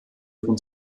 ihren